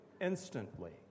instantly